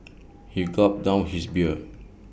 he gulped down his beer